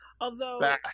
Although-